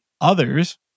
others